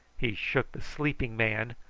he shook the sleeping man,